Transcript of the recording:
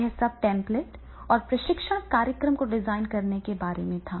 यह सब टेम्प्लेट और प्रशिक्षण कार्यक्रम को डिजाइन करने के बारे में था